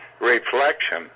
reflection